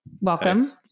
welcome